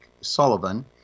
Sullivan